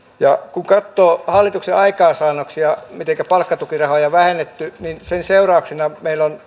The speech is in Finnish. kun katsoo hallituksen aikaansaannoksia mitenkä palkkatukirahoja on vähennetty niin sen seurauksena meillä on